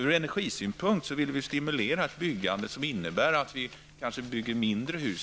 Ur energisynpunkt vill vi ju stimulera byggande av mindre hus.